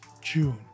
June